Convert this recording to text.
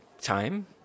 time